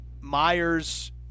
myers